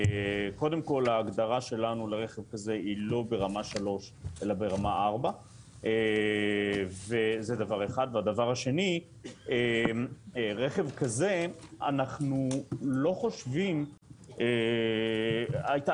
כאשר ההגדרה שלנו לרכב כזה היא לא ברמה 3 אלא ברמה 4. הייתה